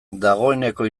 dagoeneko